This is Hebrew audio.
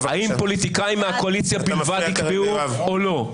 האם פוליטיקאים מהקואליציה בלבד יקבעו או לא?